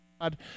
God